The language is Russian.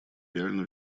реально